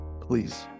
please